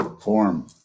form